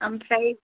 ओमफ्राय